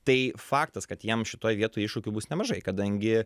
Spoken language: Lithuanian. tai faktas kad jiem šitoj vietoj iššūkių bus nemažai kadangi